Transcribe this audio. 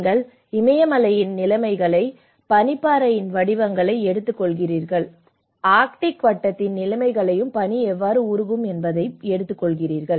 நீங்கள் இமயமலையின் நிலைமைகள் பனிப்பாறை வடிவங்களை எடுத்துக்கொள்கிறீர்கள் ஆர்க்டிக் வட்டத்தின் நிலைமைகளையும் பனி எவ்வாறு உருகும் என்பதையும் எடுத்துக்கொள்கிறீர்கள்